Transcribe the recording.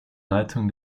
leitung